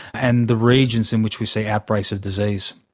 and the regions in which we see outbreaks of disease.